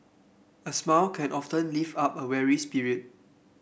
a smile can often lift up a weary spirit